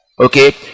okay